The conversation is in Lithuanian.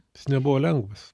jis nebuvo lengvas